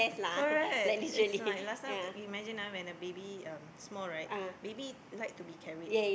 correct it's like last time you imagine ah when the baby um small right baby like to be carried